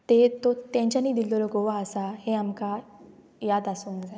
ते तो तेंच्यांनी दिल्लोलो गोवा आसा हें आमकां याद आसूंक जाय